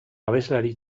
abeslari